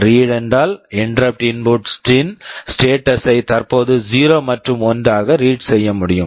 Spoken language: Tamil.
ரீட் read என்றால் இன்டெரப்ட் இன்புட் interrupt input ன் ஸ்டேட்டஸ் status ஐ தற்போது 0 மற்றும் 1 ஆக ரீட் read செய்ய முடியும்